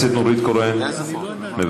חברת הכנסת נורית קורן, מוותרת,